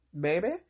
baby